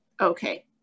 okay